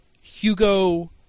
Hugo